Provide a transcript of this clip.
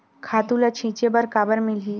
खातु ल छिंचे बर काबर मिलही?